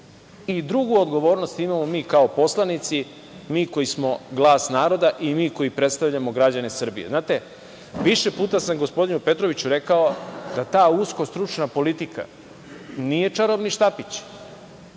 i drugu odgovornost imamo mi kao poslanici, mi koji smo glas naroda i mi koji predstavljamo građane Srbije. Znate, više puta sam gospodinu Petroviću rekao da ta usko stručna politika nije čarobni štapić